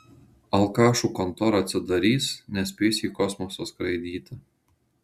alkašų kontora atsidarys nespės į kosmosą skraidyti